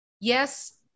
Yes